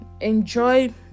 Enjoy